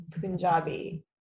Punjabi